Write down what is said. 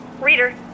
Reader